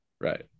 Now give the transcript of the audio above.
Right